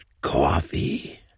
coffee